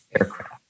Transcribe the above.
aircraft